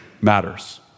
matters